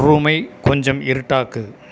ரூமை கொஞ்சம் இருட்டாக்கு